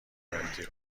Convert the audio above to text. مهدی